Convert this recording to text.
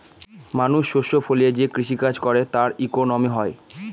মানুষ শস্য ফলিয়ে যে কৃষি কাজ করে তার ইকোনমি হয়